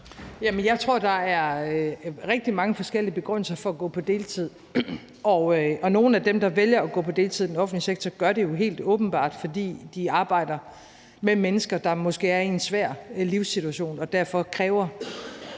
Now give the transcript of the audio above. jeg tror, der er rigtig mange forskellige begrundelser for at gå på deltid. Og nogle af dem, der vælger at gå på deltid i den offentlige sektor, gør det jo helt åbenbart, fordi de arbejder med mennesker, der måske er i en svær livssituation, og det er